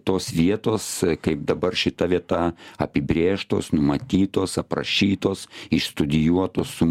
tos vietos kaip dabar šita vieta apibrėžtos numatytos aprašytos išstudijuotos su